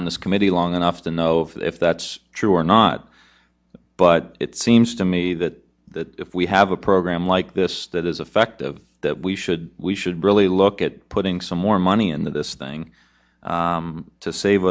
on this committee long enough to know if that's true or not but it seems to me that if we have a program like this that is effective that we should we should really look get putting some more money into this thing to save